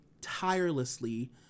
tirelessly